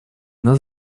нас